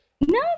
No